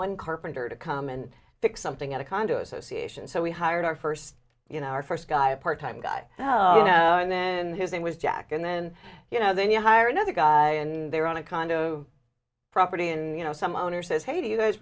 one carpenter to come and fix something at a condo association so we hired our first you know our first guy a part time guy and then his name was jack and then you know then you hire another guy and they're on a condo property and you know some owner says hey do you guys